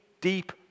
deep